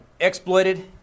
exploited